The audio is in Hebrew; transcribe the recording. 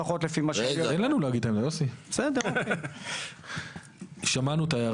לפחות לפי מה שאני יודע --- תן לנו להגיד את העמדה,